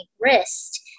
wrist